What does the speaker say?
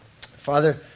Father